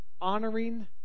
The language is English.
Honoring